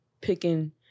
picking